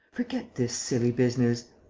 forget this silly business.